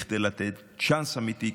כדי לתת צ'אנס אמיתי,